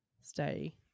stay